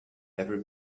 every